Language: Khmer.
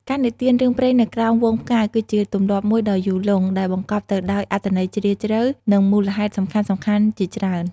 ការនិទានរឿងព្រេងនៅក្រោមហ្វូងផ្កាយ គឺជាទម្លាប់មួយដ៏យូរលង់ ដែលបង្កប់ទៅដោយអត្ថន័យជ្រាលជ្រៅ និងមូលហេតុសំខាន់ៗជាច្រើន ។